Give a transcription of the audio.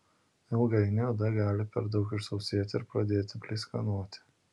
ilgainiui oda gali per daug išsausėti ir pradėti pleiskanoti